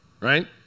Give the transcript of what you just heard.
Right